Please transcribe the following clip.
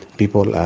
people are